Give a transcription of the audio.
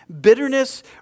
Bitterness